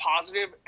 positive